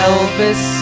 Elvis